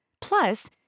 Plus